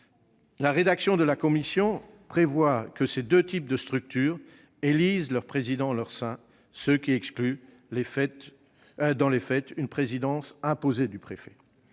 La rédaction de la commission prévoit que ces deux types de structures élisent leurs présidents en leur sein, ce qui exclut dans les faits une présidence imposée du préfet.